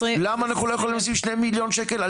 למה אנחנו לא יכולים לשים שני מיליון שקל על